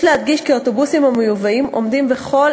יש להדגיש כי אוטובוסים מיובאים עומדים בכל